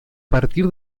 partir